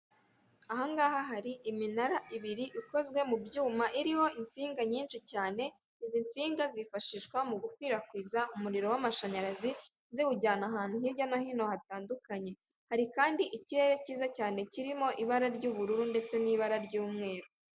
Aha ngaha hari iminara ibiri ikozwe mu byuma iriho insinga nyinshi cyane, izi nsinga zifashishwa mu gukwirakwiza umuriro w'amashanyarazi, ziwujyana ahantu hirya no hino hatandukanye. Hari kandi ikirere cyiza cyane kirimo ibara ry'ubururu ndetse n'ibara ry'umweru.